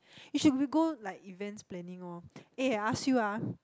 you should be go like events planning oh eh I ask you ah